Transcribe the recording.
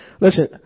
Listen